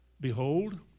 Behold